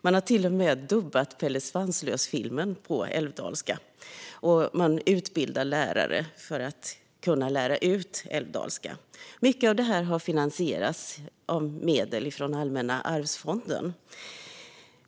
Man har till och med dubbat Pelle Svanslös-filmen på älvdalska. Man utbildar också lärare för att kunna lära ut älvdalska. Mycket av detta har finansierats av medel från Allmänna arvsfonden.